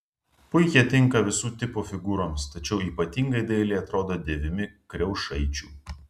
puikiai tinka visų tipų figūroms tačiau ypatingai dailiai atrodo dėvimi kriaušaičių